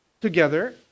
together